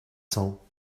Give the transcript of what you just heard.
cents